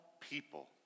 people